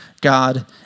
God